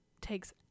takes